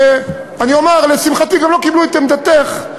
ואני אומר: לשמחתי גם לא קיבלו את עמדתך,